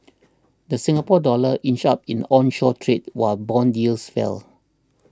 the Singapore Dollar inched up in onshore trade while bond yields fell